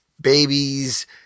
Babies